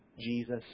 Jesus